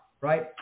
right